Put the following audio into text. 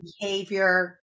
behavior